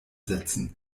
setzen